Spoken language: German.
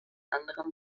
anderem